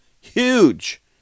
huge